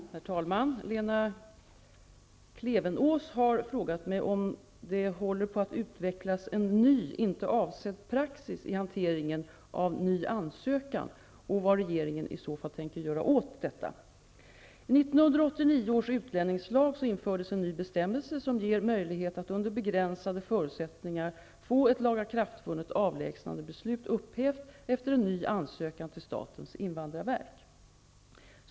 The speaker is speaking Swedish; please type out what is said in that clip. Herr talman! Lena Klevenås har frågat mig om det håller på att utvecklas en ny, inte avsedd praxis i hanteringen av ny ansökan och vad regeringen i så fall tänker göra åt detta. I 1989 års utlänningslag infördes en ny bestämmelse som ger möjlighet att under begränsade förutsättningar få ett lagakraftvunnet avlägsnandebeslut upphävt efter en ny ansökan till statens invandrarverk.